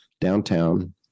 downtown